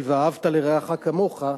של "ואהבת לרעך כמוך",